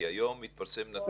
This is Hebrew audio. כי היום התפרסם נתון.